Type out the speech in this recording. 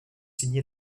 signé